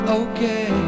okay